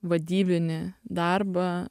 vadybinį darbą